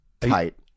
Tight